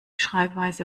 schreibweise